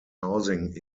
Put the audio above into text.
housing